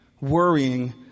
worrying